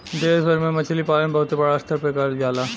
देश भर में मछरी पालन बहुते बड़ा स्तर पे करल जाला